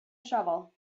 shovel